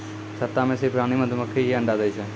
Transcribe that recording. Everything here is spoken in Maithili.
छत्ता मॅ सिर्फ रानी मधुमक्खी हीं अंडा दै छै